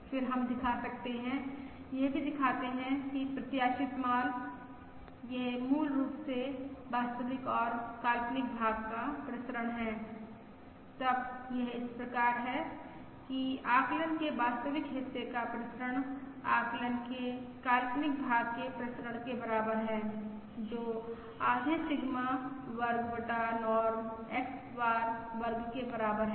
फिर हम दिखा सकते हैं यह भी दिखाते हैं कि प्रत्याशित यह मूल रूप से वास्तविक और काल्पनिक भाग का प्रसरण है तब यह इस प्रकार है कि आकलन के वास्तविक हिस्से का प्रसरण आकलन के काल्पनिक भाग के प्रसरण के बराबर है जो आधे सिग्मा वर्ग बटा नॉर्म X बार वर्ग के बराबर है